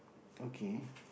okay